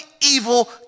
evil